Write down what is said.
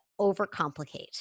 overcomplicate